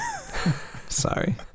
Sorry